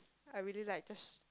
I really like just